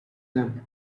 them